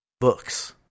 books